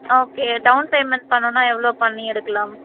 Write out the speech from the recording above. okay down payment பண்ணுன்னா எவ்வளோ பண்ணி எடுக்கலாம்